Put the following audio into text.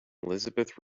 elizabeth